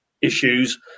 issues